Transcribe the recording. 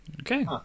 Okay